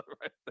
right